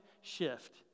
shift